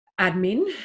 admin